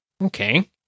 Okay